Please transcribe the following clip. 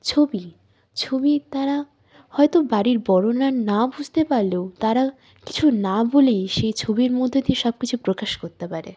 ছবি ছবি তারা হয়তো বাড়ির বড়রা না বুঝতে পারলেও তারা কিছু না বলেই সেই ছবির মধ্যে দিয়ে সব কিছু প্রকাশ করতে পারে